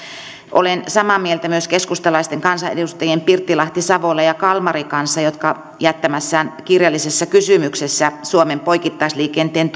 olen samaa mieltä myös keskustalaisten kansanedustajien pirttilahti savola ja kalmari kanssa jotka jättämässään kirjallisessa kysymyksessä suomen poikittaisliikenteen